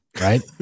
right